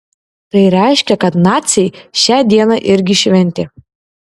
tai reiškia kad naciai šią dieną irgi šventė